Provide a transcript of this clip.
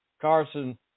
Carson